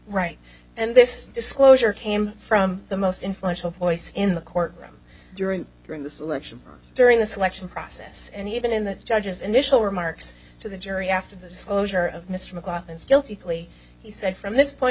right and this disclosure came from the most influential voice in the court room during during the selection during the selection process and even in the judge's initial remarks to the jury after the disclosure of mr mclaughlin still to plea he said from this point